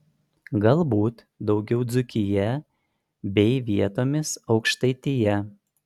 galbūt daugiau dzūkija bei vietomis aukštaitija